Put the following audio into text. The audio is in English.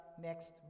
next